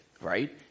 Right